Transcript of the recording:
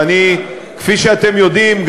וכפי שאתם יודעים,